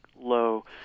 low